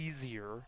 easier